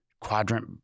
quadrant